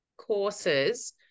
Courses